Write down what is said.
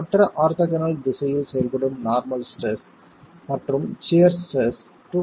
மற்ற ஆர்த்தோகனல் திசையில் செயல்படும் நார்மல் ஸ்ட்ரெஸ் மற்றும் சியர் ஸ்ட்ரெஸ் 2